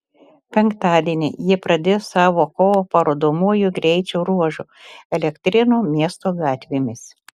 penktadienį jie pradės savo kovą parodomuoju greičio ruožu elektrėnų miesto gatvėmis